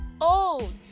old